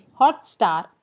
Hotstar